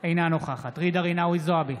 אינה נוכחת ג'ידא רינאוי זועבי,